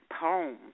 poem